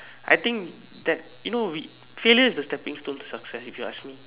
I think that you know we failure is the stepping stone success if you ask me